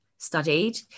studied